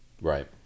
Right